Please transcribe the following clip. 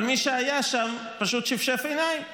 אבל מי שהיה שם פשוט שפשף עיניים,